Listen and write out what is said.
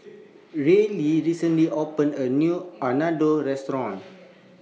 Reilly recently opened A New Unadon Restaurant